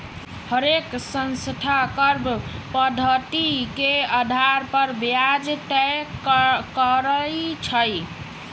हरेक संस्था कर्व पधति के अधार पर ब्याज तए करई छई